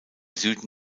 süden